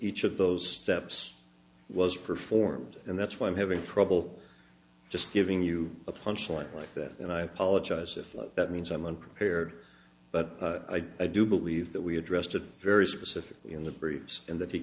each of those steps was performed and that's why i'm having trouble just giving you a punch line like that and i apologize if that means i'm unprepared but i do believe that we addressed a very specific in the briefs and that